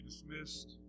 dismissed